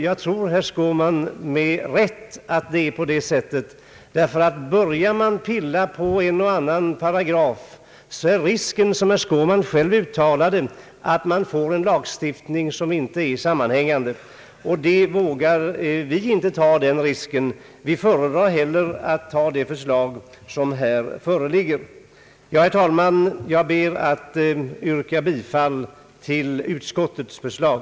Jag tror, herr Skårman, att det med all rätt är så, ty börjar man pilla på en och annan paragraf uppstår risken — vilket herr Skårman själv påpekade — att man får en lagstiftning som inte är sammanhängande. Vi vågar inte ta den risken utan föredrar att anta det förslag som här föreligger. Herr talman! Jag ber att få yrka bifall till utskottets förslag.